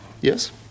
Yes